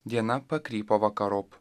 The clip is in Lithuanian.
diena pakrypo vakarop